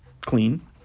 Clean